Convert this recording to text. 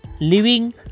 living